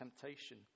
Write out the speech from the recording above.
temptation